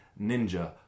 Ninja